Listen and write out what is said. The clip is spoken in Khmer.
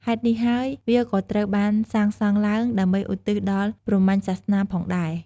ហេតុនេះហើយវាក៏ត្រូវបានសាងសង់ឡើង ដើម្បីឧទ្ទិសដល់ព្រហ្មញ្ញសាសនា ផងដែរ។